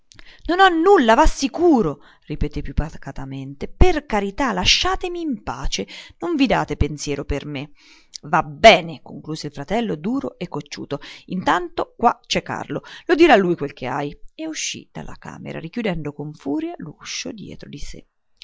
non ho nulla v'assicuro ripeté più pacatamente per carità lasciatemi in pace non vi date pensiero di me va bene concluse il fratello duro e cocciuto intanto qua c'è carlo lo dirà lui quello che hai e uscì dalla camera richiudendo con furia l'uscio dietro di sé